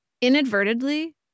inadvertently